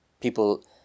people